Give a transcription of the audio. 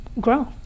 grow